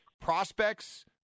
prospects